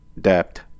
Debt